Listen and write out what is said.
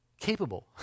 capable